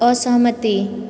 असहमति